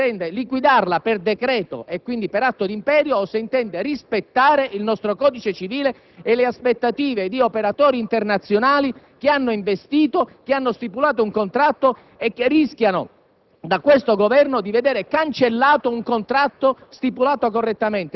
sottoposto alle regole del diritto civile, se questa società committente intende liquidarla per decreto, quindi per atto di imperio, o se intende rispettare il nostro codice civile e le aspettative di operatori internazionali che hanno investito e stipulato un contratto correttamente